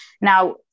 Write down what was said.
Now